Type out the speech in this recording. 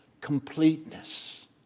completeness